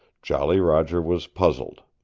jolly roger was puzzled.